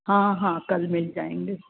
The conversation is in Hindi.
हाँ हाँ कल मिल जाएंगे